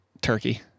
Turkey